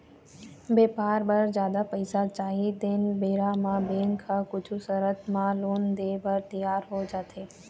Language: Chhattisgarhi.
बेपार बर जादा पइसा चाही तेन बेरा म बेंक ह कुछ सरत म लोन देय बर तियार हो जाथे